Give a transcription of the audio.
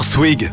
Swig